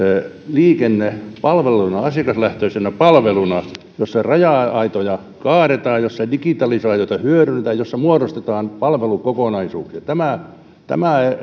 liikenne palveluna asiakaslähtöisenä palveluna jossa raja aitoja kaadetaan jossa digitalisaatiota hyödynnetään jossa muodostetaan palvelukokonaisuuksia tämä tämä